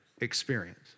experience